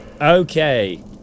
Okay